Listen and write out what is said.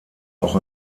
auch